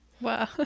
Wow